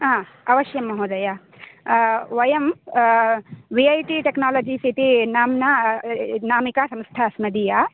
अवश्यं महोदय वयं वि ऐ टि टेक्नोलजिस् इति नाम्ना नामिका संस्था अस्मदीया